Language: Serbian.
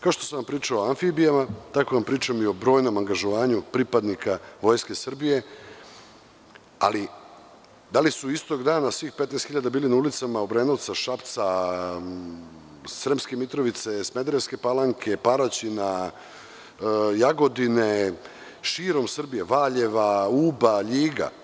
Kao što sam vam pričao o amfibijama, tako ću da vam pričam i o brojnom angažovanju pripadnika Vojske Srbije, ali da li su istog dana svih 15.000 bili na ulicama Obrenovca, Šapca, Sremske Mitrovice, Smederevske Palanke, Paraćina, Jagodine, širom Srbije, Valjeva, Uba, Ljiga?